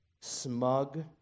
Smug